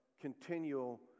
continual